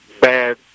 bad